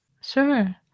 Sure